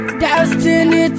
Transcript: destiny